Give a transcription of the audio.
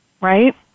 right